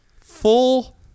full